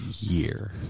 year